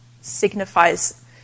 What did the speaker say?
signifies